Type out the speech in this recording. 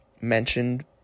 mentioned